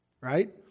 right